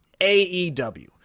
AEW